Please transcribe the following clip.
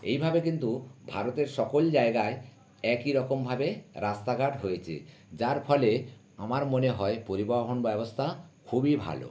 এইভাবে কিন্তু ভারতের সকল জায়গায় একই রকমভাবে রাস্তাঘাট হয়েছে যার ফলে আমার মনে হয় পরিবহন ব্যবস্থা খুবই ভালো